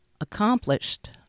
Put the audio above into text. accomplished